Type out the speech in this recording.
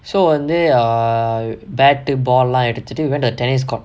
so வந்து:vanthu err bat uh ball lah எடுத்துட்டு:eduthuttu went to a tennis court